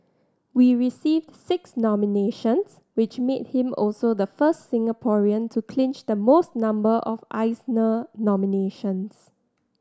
we received six nominations which made him also the first Singaporean to clinch the most number of Eisner nominations